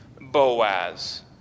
boaz